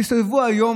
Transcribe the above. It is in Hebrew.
תסתובבו היום,